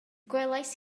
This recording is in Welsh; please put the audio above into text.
gwelais